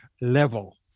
level